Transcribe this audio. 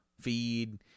feed